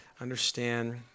understand